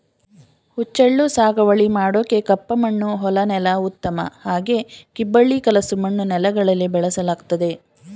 ಹುಚ್ಚೆಳ್ಳು ಸಾಗುವಳಿ ಮಾಡೋಕೆ ಕಪ್ಪಮಣ್ಣು ಹೊಲ ನೆಲ ಉತ್ತಮ ಹಾಗೆ ಕಿಬ್ಬಳಿ ಕಲಸು ಮಣ್ಣು ನೆಲಗಳಲ್ಲಿ ಬೆಳೆಸಲಾಗ್ತದೆ